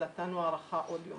אז נתנו הארכה לעוד יום.